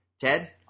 Ted